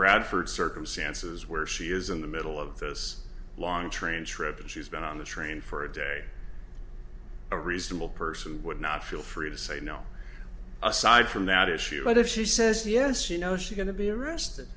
radford circumstances where she is in the middle of this long train trip and she's been on the train for a day a reasonable person would not feel free to say no aside from that issue but if she says yes you know she going to be arrested